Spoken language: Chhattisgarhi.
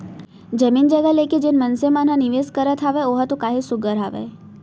जमीन जघा लेके जेन मनसे मन ह निवेस करत हावय ओहा तो काहेच सुग्घर हावय